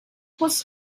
was